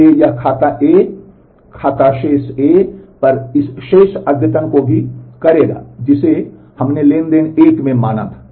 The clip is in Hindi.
इसलिए यह खाता A या खाता शेष A पर इस शेष अद्यतन को भी करेगा जिसे हमने ट्रांज़ैक्शन 1 में माना था